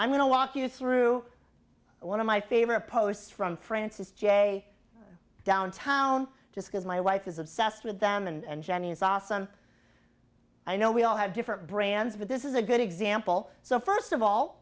i'm going to walk you through one of my favorite posts from francis j downtown just because my wife is obsessed with them and jenny is awesome i know we all have different brands but this is a good example so first of all